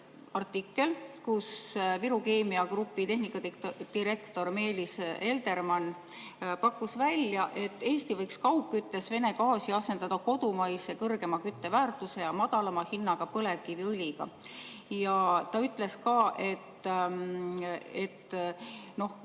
artikkel, kus Viru Keemia Grupi tehnikadirektor Meelis Eldermann pakkus välja, et Eesti võiks kaugkütte puhul Vene gaasi asendada kodumaise suurema kütteväärtuse ja madalama hinnaga põlevkiviõliga. Ta ütles, et kui